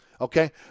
Okay